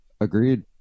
agreed